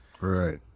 Right